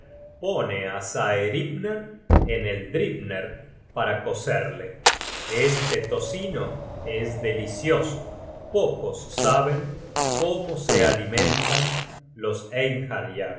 pone á saehrimner en eldhrimner para cocerle este tocino es delicioso pocos saben cómo se alimentan los